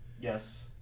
Yes